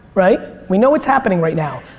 right? we know it's happening right now.